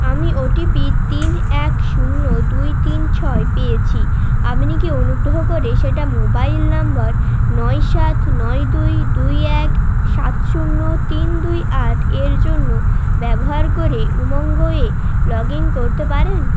আমি ওটিপি তিন এক শূন্য দুই তিন ছয় পেয়েছি আপনি কি অনুগ্রহ করে সেটা মোবাইল নম্বর নয় সাত নয় দুই দুই এক সাত শূন্য তিন দুই আট এর জন্য ব্যবহার করে উমঙ্গ এ লগ ইন করতে পারেন